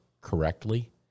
correctly